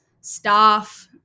staff